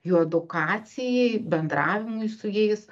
jų edukacijai bendravimui su jais